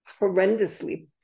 horrendously